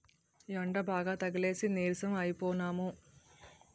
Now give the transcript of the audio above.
యెండబాగా తగిలేసి నీరసం అయిపోనము